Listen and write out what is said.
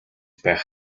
байх